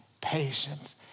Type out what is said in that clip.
patience